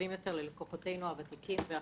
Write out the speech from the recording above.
טובים יותר ללקוחותינו הוותיקים והחדשים.